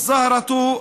(אומר דברים בשפה הערבית